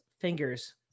fingers